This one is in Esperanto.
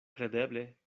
kredeble